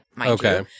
okay